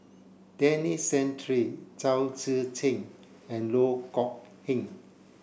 Denis Santry Chao Tzee Cheng and Loh Kok Heng